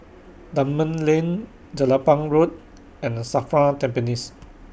Dunman Lane Jelapang Road and SAFRA Tampines